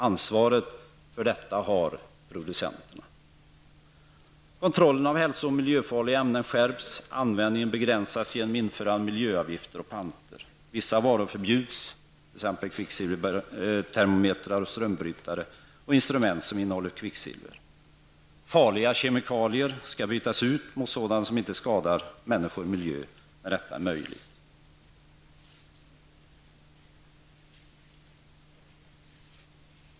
Ansvaret för detta har producenterna. Kontrollen av hälso och miljöfarliga ämnen skärps. Användningen begränsas genom införande av miljöavgifter och panter. Vissa varor förbjuds, t.ex. termometrar, strömbrytare och instrument som innehåller kvicksilver. Farliga kemikalier skall, när detta är möjligt, bytas ut mot sådana som inte skadar människor och miljö.